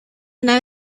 nave